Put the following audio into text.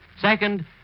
Second